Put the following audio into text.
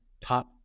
top